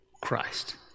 Christ